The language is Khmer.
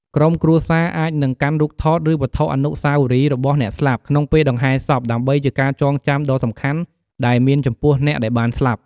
ក្រុមគ្រួសារអាចនឹងកាន់រូបថត ឬវត្ថុអនុស្សាវរីយ៍របស់អ្នកស្លាប់ ក្នុងពេលដង្ហែសព ដើម្បីជាការចងចាំដ៏សំខាន់ដែលមានចំពោះអ្នកដែលបានស្លាប់។